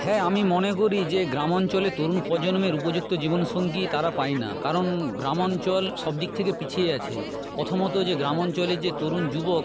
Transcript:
হ্যাঁ আমি মনে করি যে গ্রাম অঞ্চলে তরুণ প্রজন্মের উপযুক্ত জীবন সঙ্গী তারা পায় না কারণ গ্রাম অঞ্চল সব দিক থেকে পিছিয়ে আছে প্রথমত যে গ্রাম অঞ্চলে যে তরুণ যুবক